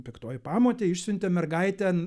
piktoji pamotė išsiuntė mergaitę